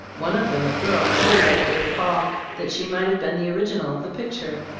one of them a girl so like little poll that she might have been the original of the picture.